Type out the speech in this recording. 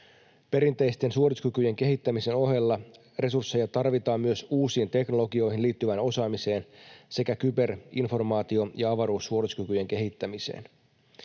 Perinteisten suorituskykyjen kehittämisen ohella resursseja tarvitaan myös uusiin teknologioihin liittyvään osaamiseen sekä kyberinformaatio- ja avaruussuorituskykyjen kehittämiseen.